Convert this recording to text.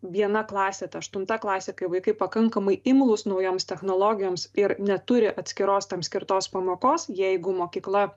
viena klasė ta aštunta klasė kai vaikai pakankamai imlūs naujoms technologijoms ir neturi atskiros tam skirtos pamokos jeigu mokykla